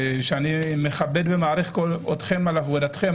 שאני מכבד ומעריך אתכם על עבודתכם,